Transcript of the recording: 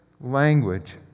language